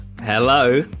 Hello